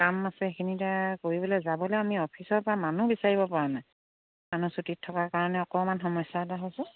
কাম আছে সেইখিনি এতিয়া কৰিবলে যাবলে আমি অফিচৰ পৰা মানুহ বিচাৰিব পৰা নাই মানুহ ছুটিত থকাৰ কাৰণে অকণমান সমস্যা এটা হৈছে